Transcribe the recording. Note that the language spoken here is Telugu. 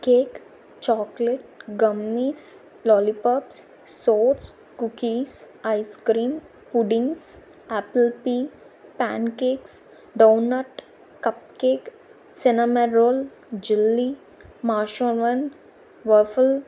cake chocolate gummies lollipops sweets cookies ice cream puddings apple pie pancakes donut cupcake cinnamon roll jelly marshmallow వఫిల్